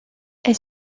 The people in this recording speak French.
elle